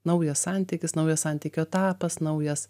naujas santykis naujas santykių etapas naujas